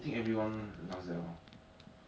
we all can admit zi quan is a rank whore